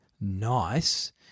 nice